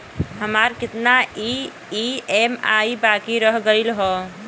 हमार कितना ई ई.एम.आई बाकी रह गइल हौ?